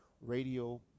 radio